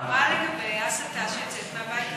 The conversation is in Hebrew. מה לגבי ההסתה שיוצאת מהבית הזה?